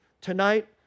tonight